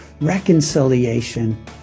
reconciliation